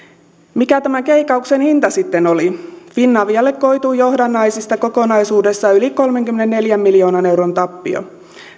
mikä tämän keikauksen hinta sitten oli finavialle koitui johdannaisista kokonaisuudessaan yli kolmenkymmenenneljän miljoonan euron tappio